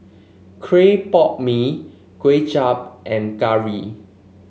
Clay Pot Mee Kway Chap and curry